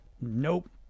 Nope